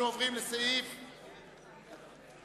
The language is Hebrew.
אנחנו עוברים לסעיף 84,